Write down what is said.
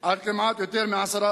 על יותר מ-10%.